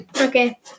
Okay